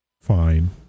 Fine